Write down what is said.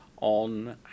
on